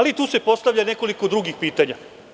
Tu se postavlja nekoliko drugih pitanja.